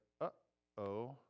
uh-oh